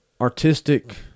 artistic